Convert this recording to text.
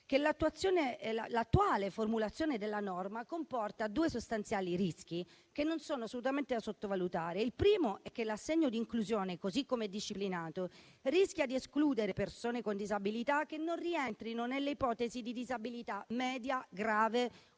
che l'attuale formulazione della norma comporta due sostanziali rischi, che non sono assolutamente da sottovalutare. Il primo è che l'assegno di inclusione, così come disciplinato, rischia di escludere persone con disabilità che non rientrino nelle ipotesi di disabilità media, grave o